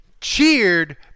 cheered